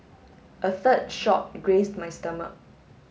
a third shot grazed my stomach